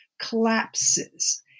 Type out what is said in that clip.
collapses